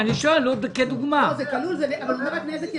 זה כלול, אבל הוא מדבר רק על נזק ישיר.